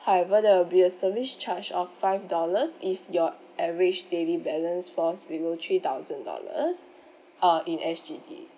however there will be a service charge of five dollars if your average daily balance falls below three thousand dollars uh in S_G_D